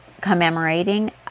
commemorating